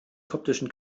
koptischen